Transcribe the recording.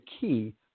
key